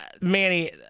Manny